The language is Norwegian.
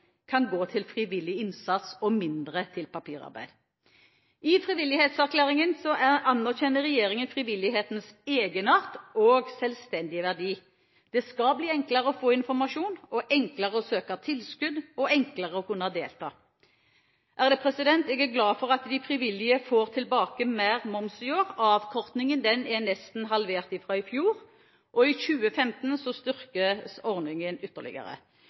kan gå til frivillig innsats og mindre til papirarbeid. I Frivillighetserklæringen anerkjenner regjeringen frivillighetens egenart og selvstendige verdi. Det skal bli enklere å få informasjon, enklere å søke tilskudd og enklere å kunne delta. Jeg er glad for at de frivillige får tilbake mer moms i år, avkortingen er nesten halvert fra i fjor. Og i 2015 styrkes ordningen ytterligere.